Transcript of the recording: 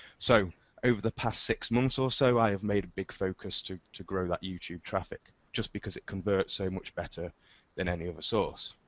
so over the past six months or so, i've made a big focus to to grow that youtube traffic just because it converts so much better than any other source.